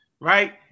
right